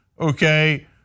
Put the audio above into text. Okay